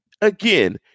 Again